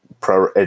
pro